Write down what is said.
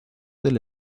del